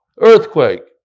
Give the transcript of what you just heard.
Earthquake